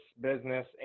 business